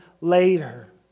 later